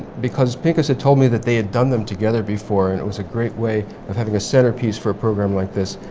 because pinchas had told me that they had done them together before and it was a great way of having a centerpiece for a program like this.